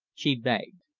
she begged.